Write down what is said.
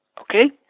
okay